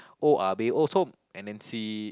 oya-beh-ya-som and then see